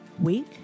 week